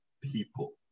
people